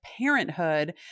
parenthood